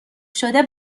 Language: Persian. شده